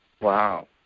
Wow